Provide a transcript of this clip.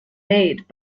made